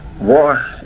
war